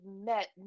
met